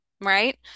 right